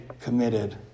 committed